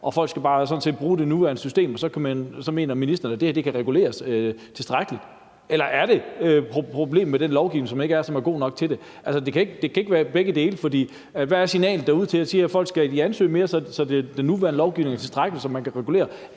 set bare skal bruge det nuværende system, og så mener ministeren, at det kan reguleres tilstrækkeligt? Eller er problemet, at den lovgivning ikke er god nok til det? Altså, det kan ikke være begge dele. Hvad er signalet derude til, at folk skal ansøge mere, så den nuværende lovgivning er tilstrækkelig, og så man kan få det